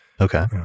Okay